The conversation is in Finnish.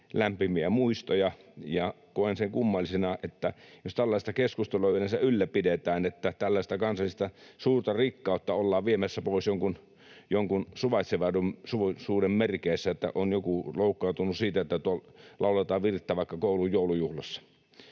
lämpimiä muistoja. Koen kummallisena — jos tällaista keskustelua yleensä ylläpidetään — että tällaista kansallista suurta rikkautta ollaan viemässä pois jonkun suvaitsevaisuuden merkeissä, kun on joku loukkaantunut siitä, että lauletaan virttä vaikka koulun joulujuhlassa.